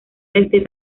desde